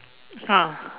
!huh!